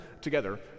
together